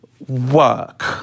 work